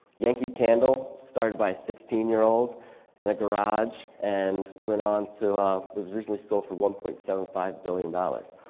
yankee candle started by a sixteen year old in a garage and went on. um was recently sold for one point seven five billion dollars.